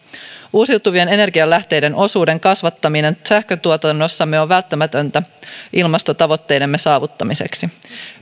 uusiutuvien energialähteiden osuuden kasvattaminen sähköntuotannossamme on välttämätöntä ilmastotavoitteidemme saavuttamiseksi